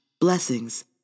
Blessings